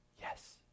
yes